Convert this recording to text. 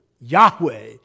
Yahweh